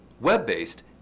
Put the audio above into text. web-based